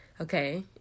okay